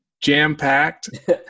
jam-packed